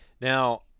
Now